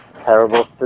Terrible